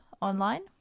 online